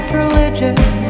religious